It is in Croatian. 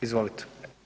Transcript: Izvolite.